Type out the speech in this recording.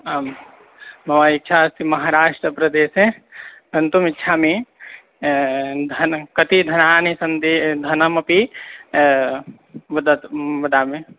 आं मम इच्छा अस्ति महराष्ट्रप्रदेशे गन्तुमिच्छामि धनं कति धनानि सन्ति धनमपि वदतु वदामि